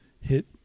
hit